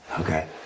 Okay